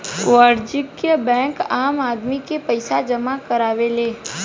वाणिज्यिक बैंक आम आदमी से पईसा जामा करावेले